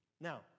Now